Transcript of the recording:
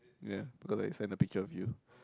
ya because I send a picture of you